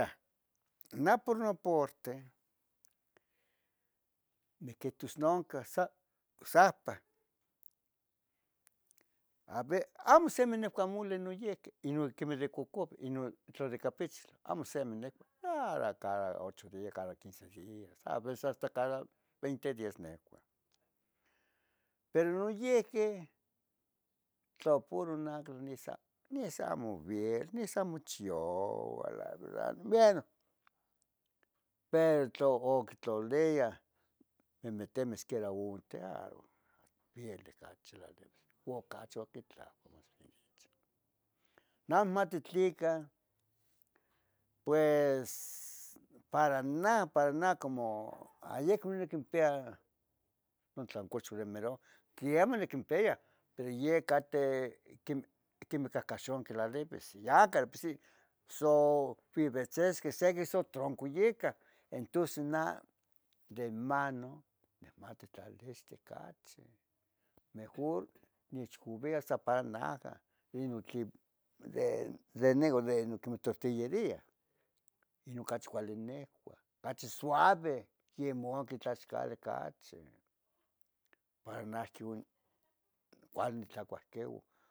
Neh por no porteh niquihtos noncan sa, saapan ave, amo simi nicua moli niyihqui, ninon quemeh no de copoveh inon tla de capichtla, amo semi necua, ah de cara ocho dias, cara quince dias o aveces hasta cada veinte dias necua, pero noyihqui tla puro nacatla, nisi, nisi amo bien, nesi amo chioua, bueno, pero tla octlalia memetemeh quiera onte ah, ocachi oquitlan como simi nich, neh amo mati tlica para nah, para nah ayicmo niquimpia notlancochuan primero, quemah niquimpia pero yih cateh quimeh, quimeh cahcaxonqueh tlalivis ya de por si, so vivitzisqueh sequi sa tronco yica, entons nah de mano, niman titlalilistehcatzin, mejor nechcouia san para naah inon tlen de ne de tortilleria inon cachi cuali nehua, cachi suave, yemonqui tlaxcale cachi para nahqui uin cuali nitlacuaht